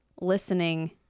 listening